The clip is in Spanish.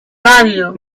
radio